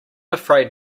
afraid